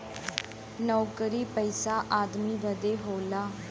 नउकरी पइसा आदमी बदे होला